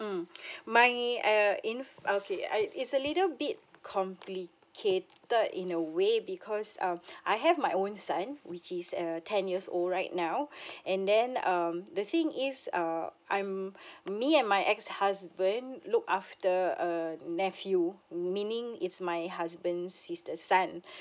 mm my err in okay I it's a little bit complicated in a way because um I have my own son which is uh ten years old right now and then um the thing is uh I'm me and my ex husband look after a nephew meaning it's my husband's sister's son